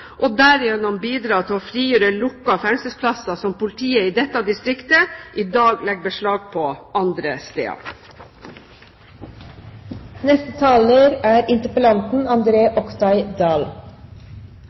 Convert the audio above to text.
og derigjennom bidra til å frigjøre lukkede fengselsplasser som politiet i dette distriktet i dag legger beslag på andre steder. Alt er